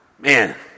Man